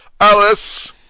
ALICE